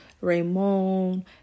Raymond